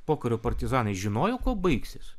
pokario partizanai žinojo kuo baigsis